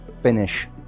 finish